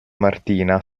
martina